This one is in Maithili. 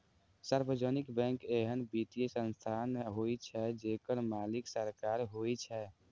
सार्वजनिक बैंक एहन वित्तीय संस्थान होइ छै, जेकर मालिक सरकार होइ छै